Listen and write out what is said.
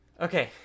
Okay